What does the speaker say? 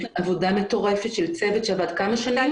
כאן עבודה מטורפת של צוות שעבד כמה שנים.